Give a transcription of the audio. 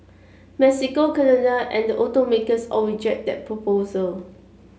Mexico Canada and the automakers all reject that proposal